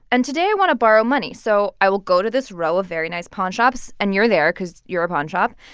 and today, i want to borrow money, so i will go to this row of very nice pawnshops, and you're there because you're a pawnshop.